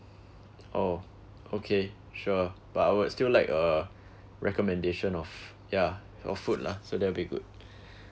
oh okay sure but I would still like uh recommendation of yeah for food lah so that'll be good